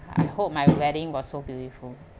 I hope my wedding was so beautiful